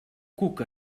cuca